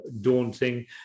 daunting